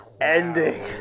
ending